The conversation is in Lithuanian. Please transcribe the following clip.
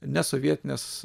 ne sovietinės